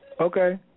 Okay